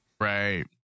right